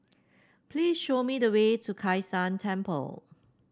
please show me the way to Kai San Temple